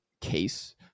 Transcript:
case